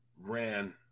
ran